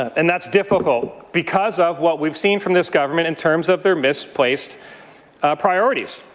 and that's difficult because of what we've seen from this government in terms of their misplaced priorities.